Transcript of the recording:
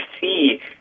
see